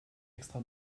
extra